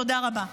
תודה רבה.